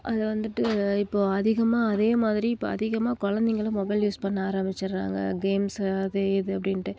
அதைவந்துட்டு இப்போ அதிகமாக அதேமாதிரி இப்போ அதிகமாக குழந்தைங்களும் மொபைல் யூஸ் பண்ண ஆரம்பிச்சிடுறாங்க கேம்ஸு அது இது அப்படின்ட்டு